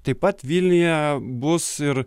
taip pat vilniuje bus ir